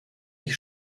mich